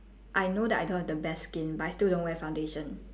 I know that I don't have the best skin but I still don't wear foundation